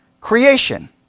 Creation